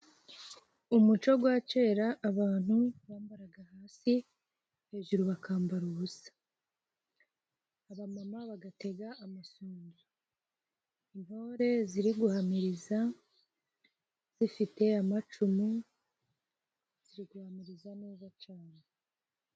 Umuco gwa cera abantu bambaraga hasi, hejuru bakambara ubusa, abamama bagatega amasunzu, intore ziri guhamiriza zifite amacumu ziri guhamiriza neza cane.